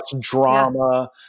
drama